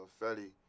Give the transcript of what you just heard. Fetty